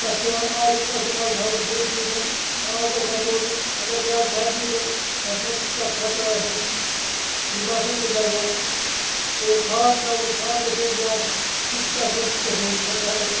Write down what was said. تَتھ چھُ پیٚوان آبُک اہتِمال تھاوُن سۭتۍ سۭتۍ آب گَژھِ اَتھ روزُن اَگَر زیاد سَردی گے تَتھ مَنٛز تہِ چھُ تَتھ خَطرٕ آسان سُہ چھُ تَتھ مَنٛز تہِ دَزان اور کھاد تراوہوس کھاد گَژھٮ۪س زیادٕ سُہ تہِ تَتھ مَنٛز گَژھان خَتم